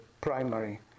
primary